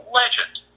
legend